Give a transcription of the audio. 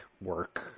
work